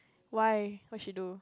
why what she do